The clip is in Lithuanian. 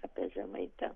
apie žemaitę